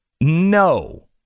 No